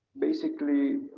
basically,